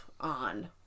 on